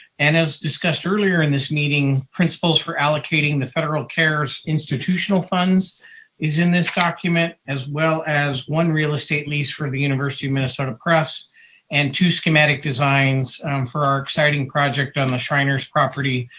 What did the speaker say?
and as discussed earlier in this meeting, principles for allocating the federal cares institutional funds is in this document, as well as one real estate lease for the university of minnesota press and two schematic designs for our exciting project on the shriners property,